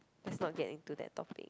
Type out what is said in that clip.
let's not get into that topic